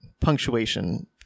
punctuation